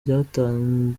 ryatanze